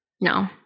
No